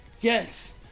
Yes